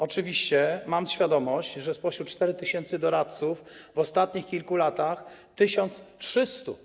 Oczywiście mam świadomość, że spośród 4 tys. doradców w ostatnich kilku latach 1300.